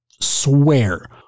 swear